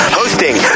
hosting